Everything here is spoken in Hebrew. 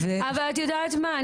אבל את יודעת מה?